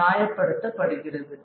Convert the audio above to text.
நியாயப்படுத்தப்படுகிறது